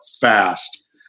fast